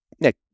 Nick